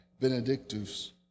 Benedictus